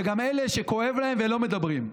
וגם אלה שכואב להם ולא מדברים,